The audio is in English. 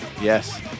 Yes